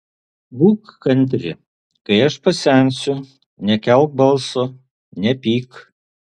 būk kantri kai aš pasensiu nekelk balso nepyk